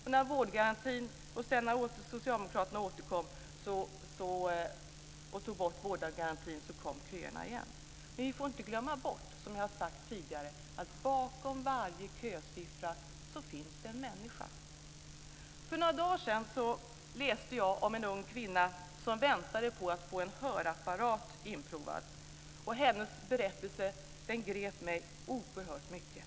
Men sedan när Socialdemokraterna återkom och tog bort vårdnadsgarantin kom köerna igen. Vi får inte, som jag tidigare sagt, glömma bort att bakom varje kösiffra finns det en människa. För några dagar sedan läste jag om en ung kvinna som väntade på att få en hörapparat inprovad. Hennes berättelse grep mig oerhört mycket.